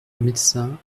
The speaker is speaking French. médecin